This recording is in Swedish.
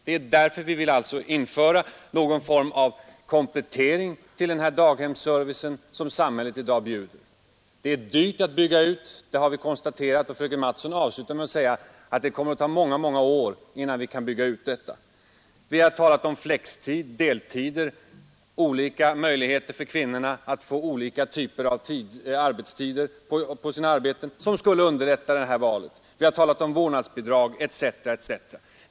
Det är därför vi vill införa någon form av komplettering till den daghemsservice som samhället i dag bjuder. Det är dyrt att bygga ut den, har vi konstaterat. Fröken Mattson avslutar med att säga att det kommer att ta många, många år innan man kan bygga ut allt detta. Vi har talat om flexibel arbetstid, deltidsarbete, möjligheter för kvinnorna att få olika arbetstider som skulle underlätta detta val, vi har talat om vårdnadsbidrag etc.